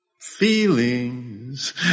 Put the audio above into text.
Feelings